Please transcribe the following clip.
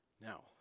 now